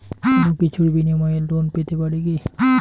কোনো কিছুর বিনিময়ে লোন পেতে পারি কি?